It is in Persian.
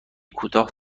کوتاه